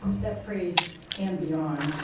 that phrase and beyond.